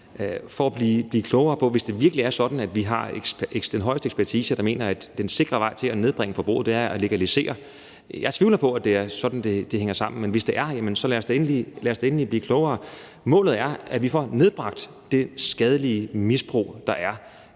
for at blive klogere på det, hvis det virkelig er sådan, at den højeste ekspertise, vi har, mener, at den sikre vej til at nedbringe forbruget er at legalisere. Jeg tvivler på, at det er sådan, det hænger sammen, men hvis det er det, så lad os da endelig blive klogere. Målet er, at vi får nedbragt det skadelige misbrug, der er,